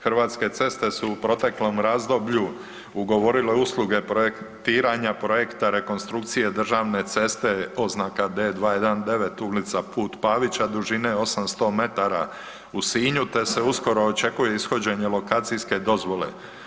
Hrvatske ceste su u proteklom razdoblju ugovorile usluge projektiranja projekta rekonstrukcije državne ceste oznaka D-219 Ulica put Pavića dužine 800 metara u Sinju, te se uskoro očekuje ishođenje lokacijske dozvole.